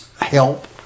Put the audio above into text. help